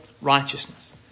righteousness